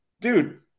dude